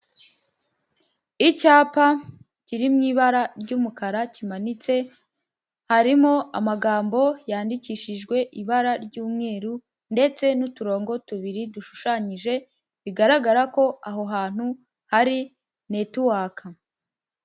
Icyapa kiri mu ibara ry'umukara kimanitse harimo amagambo yandikishijwe ibara ry'umweru ndetse n'uturongo tubiri dushushanyije bigaragara ko aho hantu hari netiwaka.